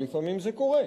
ולפעמים זה קורה,